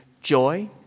joy